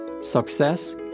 success